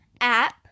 app